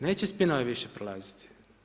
Neće spinovi više prolaziti.